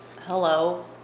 hello